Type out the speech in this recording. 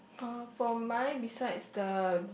uh for my besides the